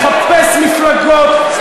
מחפש מפלגות,